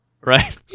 right